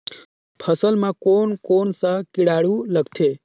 फसल मा कोन कोन सा कीटाणु लगथे?